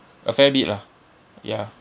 a fair bit lah ya